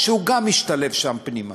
שהוא גם משתלב שם פנימה.